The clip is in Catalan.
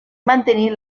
mantenir